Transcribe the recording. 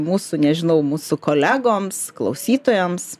mūsų nežinau mūsų kolegoms klausytojams